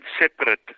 separate